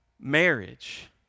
marriage